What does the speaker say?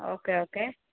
okay okay